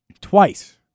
twice